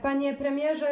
Panie Premierze!